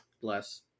Bless